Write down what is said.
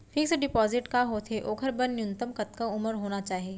Fix deposit का होथे ओखर बर न्यूनतम कतका उमर होना चाहि?